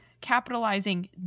capitalizing